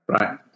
Right